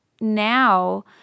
now